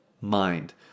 mind